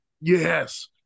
Yes